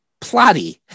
plotty